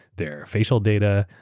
their facial data,